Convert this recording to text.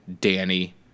Danny